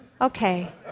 Okay